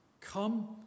Come